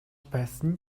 байсан